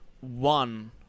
one